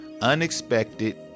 unexpected